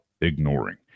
ignoring